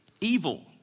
Evil